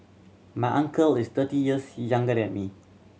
my uncle is thirty years younger than me